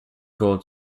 gold